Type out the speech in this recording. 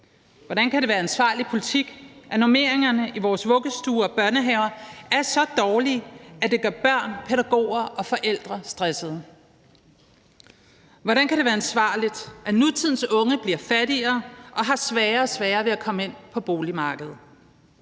Hvordan kan det være ansvarlig politik, at normeringerne i vores vuggestuer og børnehaver er så dårlige, at det gør børn, pædagoger og forældre stressede? Hvordan kan det være ansvarligt, at nutidens unge bliver fattigere og har sværere og sværere ved at komme ind på boligmarkedet?